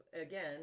again